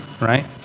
right